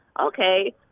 Okay